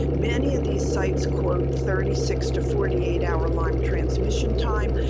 many of these sites quote thirty six to forty eight hour lyme transmission time,